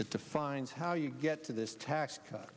defines how you get to this tax cut